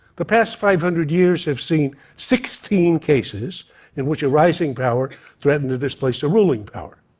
the past five hundred years have seen sixteen cases in which a rising power threatened to displace a ruling power.